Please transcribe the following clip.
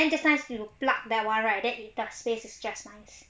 and then just nice you plug that wild right and that place is just nice